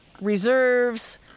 reserves